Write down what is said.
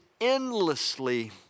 endlessly